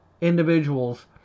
individuals